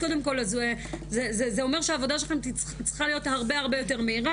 זה אומר שהעבודה צריכה להיות הרבה-הרבה יותר מהירה.